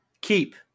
Keep